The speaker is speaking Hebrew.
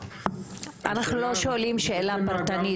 אנחנו לא שואלים שאלה פרטנית,